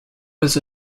was